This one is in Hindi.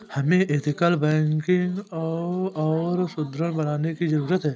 हमें एथिकल बैंकिंग को और सुदृढ़ बनाने की जरूरत है